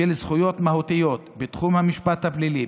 של זכויות מהותיות בתחום המשפט הפלילי,